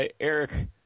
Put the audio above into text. Eric